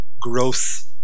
growth